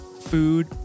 food